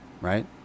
right